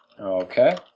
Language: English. Okay